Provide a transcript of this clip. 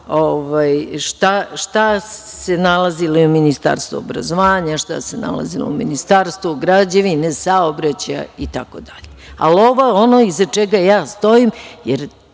šta se nalazilo i u Ministarstvu obrazovanja, šta se nalazilo u Ministarstvu građevine, saobraćaja, itd. Ovo je ono iza čega ja stojim, jer